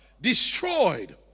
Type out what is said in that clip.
Destroyed